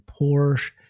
porsche